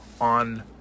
on